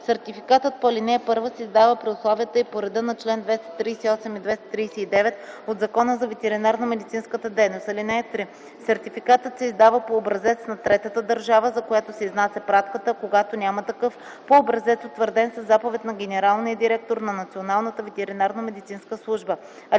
Сертификатът по ал. 1 се издава при условията и по реда на чл. 238 и 239 от Закона за ветеринарномедицинската дейност. (3) Сертификатът се издава по образец на третата държава, за която се изнася пратката, а когато няма такъв – по образец, утвърден със заповед на генералния директор на Националната ветеринарномедицинска служба.